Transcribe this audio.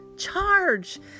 Charge